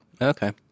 Okay